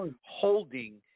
holding